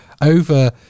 over